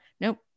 nope